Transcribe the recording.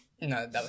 No